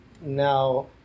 Now